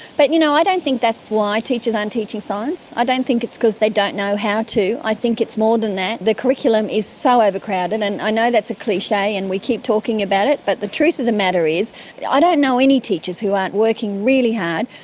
but you know i don't think that's why teachers aren't teaching science, i don't think it's because they don't know how to, i think it's more than that. the curriculum is so overcrowded, and and i know that's a cliche and we keep talking about it, but the truth of the matter is i ah don't know any teachers who aren't working really hard.